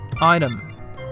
Item